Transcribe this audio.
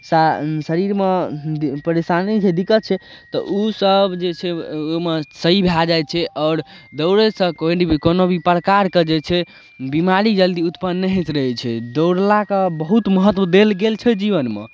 शा शरीरमे परेशानी छै दिक्कत छै तऽ ओसभ जे छै ओहिमे सही भए जाइ छै आओर दौड़यसँ कोइ भी कोनो भी प्रकारके जे छै बीमारी जल्दी उत्पन्न नहि होइत रहै छै दौड़लाके बहुत महत्व देल गेल छै जीवनमे